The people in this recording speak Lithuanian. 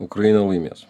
ukraina laimės